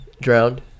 Drowned